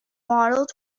models